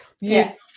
yes